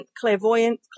clairvoyant